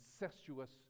incestuous